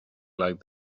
like